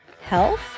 health